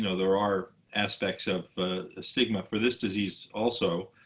you know there are aspects of stigma for this disease also.